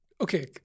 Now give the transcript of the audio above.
okay